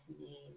need